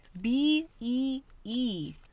B-E-E